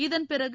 இதன் பிறகு